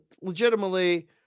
legitimately